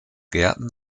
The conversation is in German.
gärten